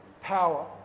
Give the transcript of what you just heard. power